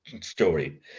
story